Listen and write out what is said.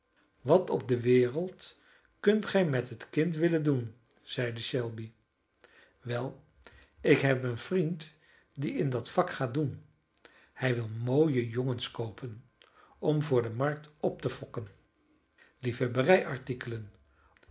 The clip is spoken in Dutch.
wat op de wereld kunt gij met het kind willen doen zeide shelby wel ik heb een vriend die in dat vak gaat doen hij wil mooie jongens koopen om voor de markt op te fokken